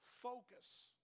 focus